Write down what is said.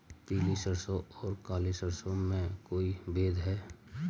पीली सरसों और काली सरसों में कोई भेद है?